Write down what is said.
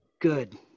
Good